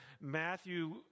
Matthew